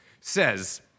says